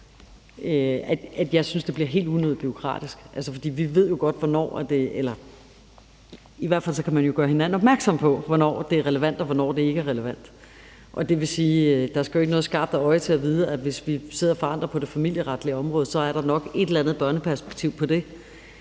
jeg synes, det bliver helt unødig bureaukratisk. For vi ved jo godt, hvornår det er relevant, eller i hvert fald kan man jo gøre hinanden opmærksom på, hvornår det er relevant, og hvornår det ikke er relevant. Det vil sige, at der jo ikke skal noget skarpt øje til for at vide, at hvis vi sidder og forandrer på det familieretlige område, så er der nok et eller andet børneperspektiv på det.